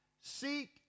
seek